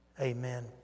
Amen